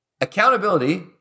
Accountability